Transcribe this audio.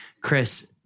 chris